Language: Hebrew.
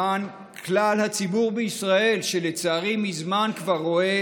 למען כלל הציבור בישראל, שלצערי מזמן כבר רואה